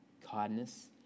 kindness